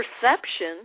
perception